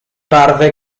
parve